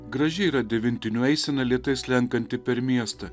graži yra devintinių eisena lėtai slenkanti per miestą